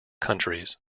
countries